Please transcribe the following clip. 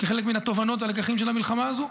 כחלק מהתובנות והלקחים של המלחמה הזו,